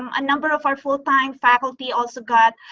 um a number of our full-time faculty also got,